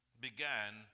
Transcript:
began